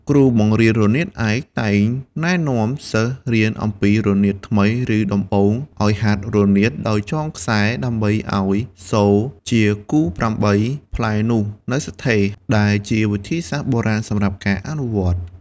គ្រូបង្រៀនរនាតឯកតែងណែនាំសិស្សរៀនអំពីរនាតថ្មីឬដំបូងឲ្យហាត់រនាតដោយចងខ្សែ ដើម្បីឲ្យសូរជាគូ៨ផ្លែនោះនៅស្ថេរដែលជាវិធីសាស្ត្របុរាណសម្រាប់ការអនុវត្ត។